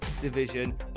division